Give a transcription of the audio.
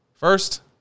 First